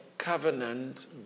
Covenant